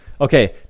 Okay